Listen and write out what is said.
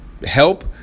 help